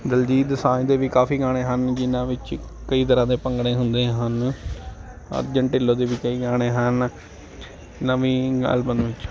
ਦਿਲਜੀਤ ਦੌਸਾਂਝ ਵੀ ਕਾਫੀ ਗਾਣੇ ਹਨ ਜਿਨਾਂ ਵਿੱਚ ਕਈ ਤਰ੍ਹਾਂ ਦੇ ਭੰਗੜੇ ਹੁੰਦੇ ਹਨ ਅਰਜਨ ਢਿੱਲੋ ਦੇ ਵੀ ਕਈ ਗਾਣੇ ਹਨ ਨਵੀਂ